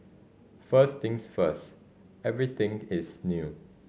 first things first everything is new